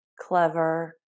clever